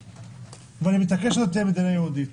אני מתעקש שבתוך המדינה היהודית